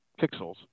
pixels